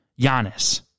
Giannis